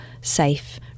safe